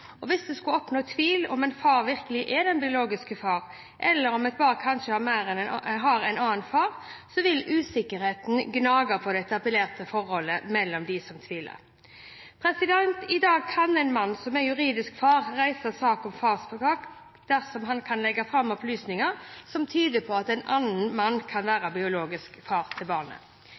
sikkerhet. Hvis det skulle oppstå tvil om en far virkelig er den biologiske faren, eller om et barn kanskje har en annen far, vil usikkerheten gnage på det etablerte forholdet mellom dem som tviler. I dag kan en mann som er juridisk far, reise sak om farskap dersom han kan legge fram opplysninger som tyder på at en annen mann kan være biologisk far til barnet.